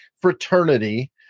fraternity